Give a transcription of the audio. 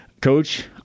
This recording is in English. Coach